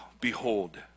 behold